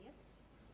Jest.